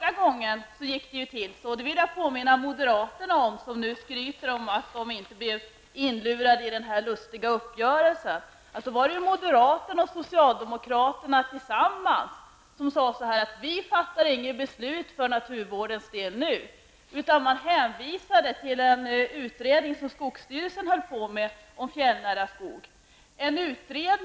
Moderaterna skryter nu med att de inte blev inlurade i den här konstiga uppgörelsen. Men jag vill påminna om att första gången som dessa löften sveks var när moderaterna och socialdemokraterna gemensamt sade att man inte skulle fatta något beslut för naturvårdens del då. Man hänvisade i stället till en utredning om fjällnära skogar som skogsstyrelsen då bedrev.